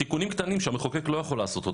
תיקונים קטנים שהמחוקק לא יכול לעשות אותם,